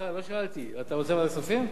אתה רוצה ועדת כספים?